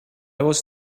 was